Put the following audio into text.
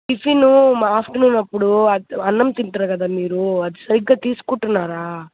tiffin afternoon అప్పుడు అన్నం తింటారు కదా మీరు అది సరిగ్గా తీసుకుంటున్నారా